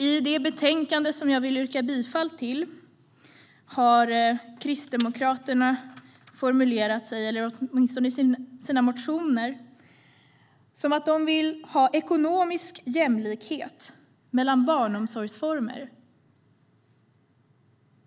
I det betänkande vars utskottsförslag jag vill yrka bifall till har Kristdemokraterna i sina motioner formulerat det som att de vill ha ekonomisk jämlikhet mellan barnomsorgsformer.